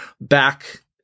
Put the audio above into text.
back